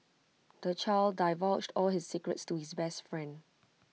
the child divulged all his secrets to his best friend